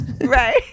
Right